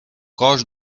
cos